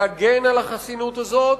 להגן על החסינות הזאת,